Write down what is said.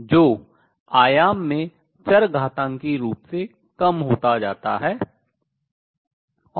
जो आयाम में चरघातांकी रूप से कम होता जाता है